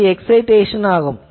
இது எக்சைடேசன் ஆகும்